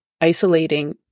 isolating